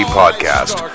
podcast